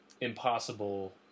Impossible